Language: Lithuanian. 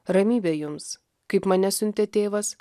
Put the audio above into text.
ramybė jums kaip mane siuntė tėvas